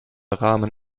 rahmen